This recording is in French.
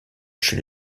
chez